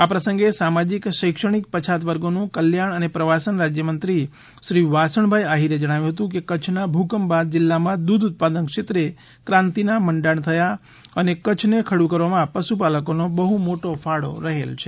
આ પ્રસંગે સામાજિક શૈક્ષણિક પછાત વર્ગોનું કલ્યાણ અને પ્રવાસન રાજયમંત્રીશ્રી વાસણભાઇ આહિરે જણાવ્યું હતું કે કચ્છના ભૂકંપ બાદ જિલ્લામાં દૂધ ઉત્પાદન ક્ષેત્રે કાંતિના મંડાણ થયા અને કચ્છને ખડુ કરવામાં પશુપાલકોનો બહ્ મોટો ફાળો રહેલ છે